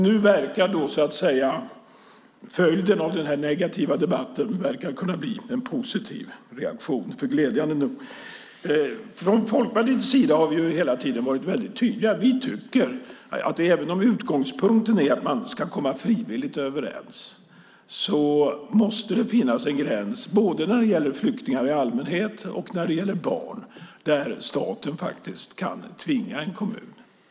Nu verkar följden av den här negativa debatten kunna bli en positiv reaktion. Från Folkpartiets sida har vi hela tiden varit väldigt tydliga. Vi tycker att även om utgångspunkten är att man ska komma överens frivilligt måste det finnas en gräns, både när det gäller flyktingar i allmänhet och när det gäller barn, där staten faktiskt kan tvinga en kommun.